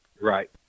Right